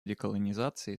деколонизации